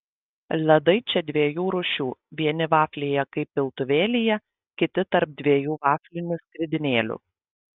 ledai čia dviejų rūšių vieni vaflyje kaip piltuvėlyje kiti tarp dviejų vaflinių skridinėlių